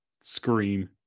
Scream